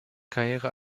karriere